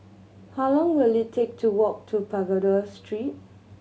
how long will it take to walk to Pagoda Street